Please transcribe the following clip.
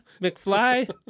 mcfly